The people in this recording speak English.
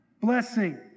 blessing